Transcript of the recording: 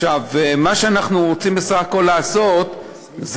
מה שאנחנו רוצים בסך הכול לעשות זה